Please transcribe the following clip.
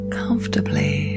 comfortably